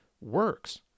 works